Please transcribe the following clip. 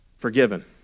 forgiven